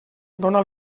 dóna